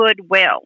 goodwill